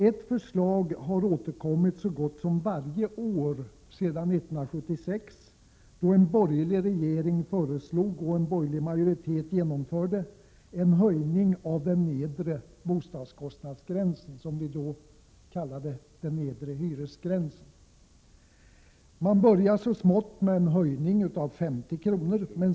Ett förslag har återkommit så gott som varje år sedan 1976, då en borgerlig regering föreslog och en borgerlig riksdagsmajoritet genomförde en höjning av den nedre bostadskostnadsgränsen, som vi då kallade den nedre hyresgränsen. Man började så smått med en höjning om 50 kr.